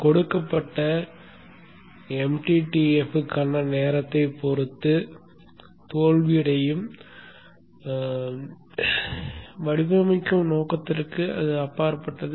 கொடுக்கப்பட்ட mttf க்கான தோல்வி அடையும் நேரத்தை பொருத்து வடிவமைக்கும் நோக்கத்திற்கு அப்பாற்பட்டது